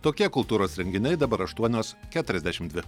tokie kultūros renginiai dabar aštuonios keturiasdešim dvi